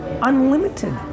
unlimited